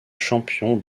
champion